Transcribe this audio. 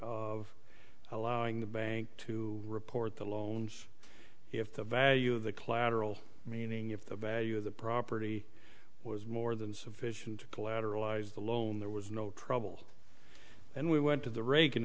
of allowing the bank to report the loans if the value of the collateral meaning if the value of the property was more than sufficient to collateralize the loan there was no trouble and we went to the r